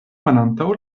malantaŭ